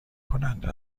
کننده